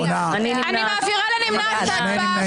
הצבעה